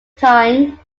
time